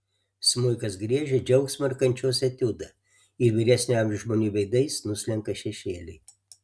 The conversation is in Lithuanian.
smuikas griežia džiaugsmo ir kančios etiudą ir vyresnio amžiaus žmonių veidais nuslenka šešėliai